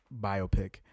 biopic